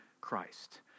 Christ